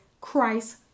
Christ